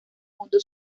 mundo